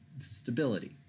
stability